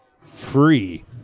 free